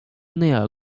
内尔